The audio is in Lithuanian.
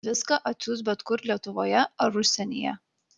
viską atsiųs bet kur lietuvoje ar užsienyje